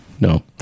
no